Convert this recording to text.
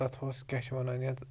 تَتھ اوس کیٛاہ چھِ وَنان یَتھ